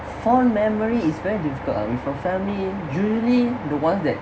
fond memory is very difficult ah with your family julie the ones that